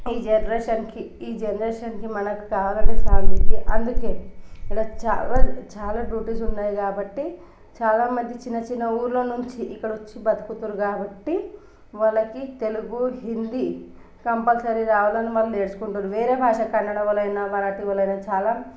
ఈ జనరేషన్కి ఈ జనరేషన్కి మనకి కావల్సినవి అన్నీ అందుకే ఇక్కడ చాలా చాలా డ్యూటీస్ ఉన్నాయి కాబట్టి చాలామంది చిన్న చిన్న ఊళ్ళ నుంచి ఇక్కడికి వచ్చి బతుకుతుర్రు కాబట్టి వాళ్ళకి తెలుగు హిందీ కంపల్సరీ రావాలని వాళ్ళు నేర్చుకుంటుర్రు వేరే భాష కన్నడ వాళ్ళు అయిన మరాఠీ వాళ్ళు అయిన చాలా